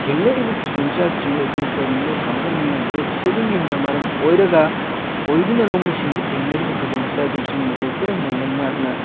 ꯊꯦꯡꯅꯔꯤꯕ ꯈꯨꯗꯣꯡ ꯆꯥꯗ꯭ꯔꯤꯕꯅꯤ ꯑꯗꯨ ꯀꯔꯤꯅꯣ ꯐꯪꯒꯅꯤ ꯂꯣꯗ ꯁꯦꯗꯤꯡꯅ ꯃꯔꯝ ꯑꯣꯏꯔꯒ ꯑꯣꯏꯗꯨꯅ ꯂꯧꯃꯤꯁꯤꯡꯗ ꯊꯦꯡꯅꯔꯤꯕ ꯈꯨꯗꯣꯡ ꯆꯥꯗꯕꯁꯤꯡ ꯃꯇꯧ ꯀꯔꯝꯅ ꯂꯩꯉꯥꯛꯅ